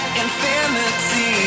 infinity